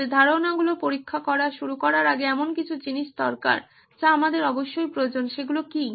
আমাদের ধারণাগুলি পরীক্ষা করা শুরু করার আগে এমন কিছু জিনিস যা আমাদের অবশ্যই প্রয়োজন সেগুলো কি